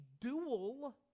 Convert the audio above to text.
dual